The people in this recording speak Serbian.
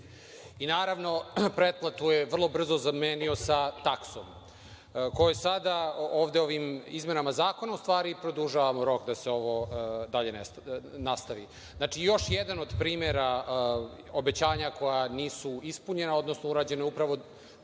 I naravno, pretplatu je vrlo brzo zamenio sa taksom, kojoj sada ovim izmenama zakona u stvari produžavamo rok da se ovo dalje nastavi. Znači, još jedan od primera obećanja koja nisu ispunjena, odnosno urađeno je upravo